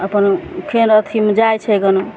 अपन फेर अथीमे जाइ छै गनु